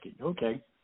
Okay